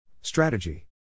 Strategy